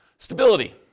Stability